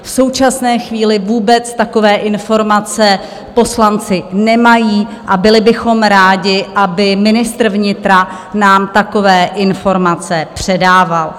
V současné chvíli vůbec takové informace poslanci nemají a byli bychom rádi, aby ministr vnitra nám takové informace předával.